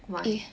why